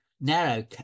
narrow